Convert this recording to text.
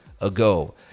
ago